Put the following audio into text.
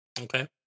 okay